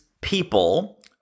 people